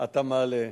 אתה מעלה.